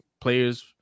players